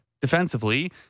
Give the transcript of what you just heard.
defensively